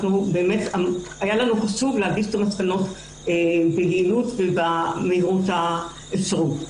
היה לנו חשוב להגיש את המסקנות ביעילות ובמהירות האפשרית.